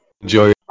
enjoy